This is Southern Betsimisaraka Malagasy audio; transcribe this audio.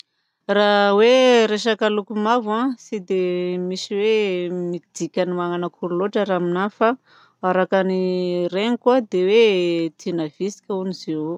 Raha ny hoe resaka loko mavo tsy dia misy hoe dikany magnano akory loatra raha aminahy fa araka ny regniko dia hoe tiana vitsika hono izy io.